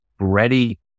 ready